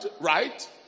right